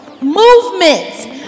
movement